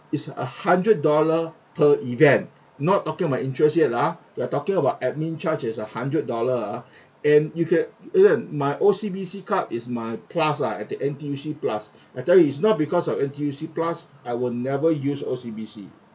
it's a hundred dollar per event not talking about interest yet lah we're talking about admin charge is a hundred dollar ah and you can and my O_C_B_C card is my plus uh and the N_T_U_C plus I tell is not because of N_T_U_C plus I will never use O_C_B_C